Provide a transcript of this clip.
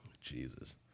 Jesus